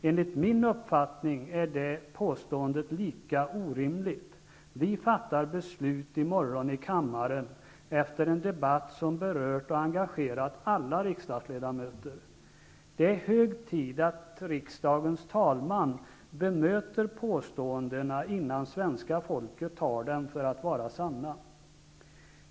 Enligt min uppfattning är det påståendet lika orimligt. Vi fattar beslut i morgon i kammaren efter en debatt som berört och engagerat alla riksdagsledamöter. Det är hög tid att riksdagens talman bemöter påståendena, innan svenska folket tar dem för att vara sanna.